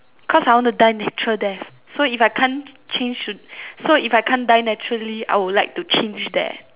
cause I want to die natural death so if I can't change to so if I can't die naturally I'll would like to change that